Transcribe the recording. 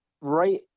right